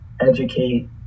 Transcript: educate